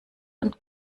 und